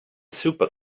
super